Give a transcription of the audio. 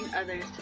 others